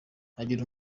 agira